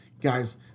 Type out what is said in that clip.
Guys